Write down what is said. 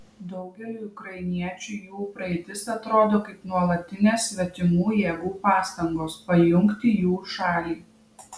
daugeliui ukrainiečių jų praeitis atrodo kaip nuolatinės svetimų jėgų pastangos pajungti jų šalį